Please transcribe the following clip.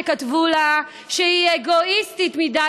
שכתבו לה שהיא אגואיסטית מדי,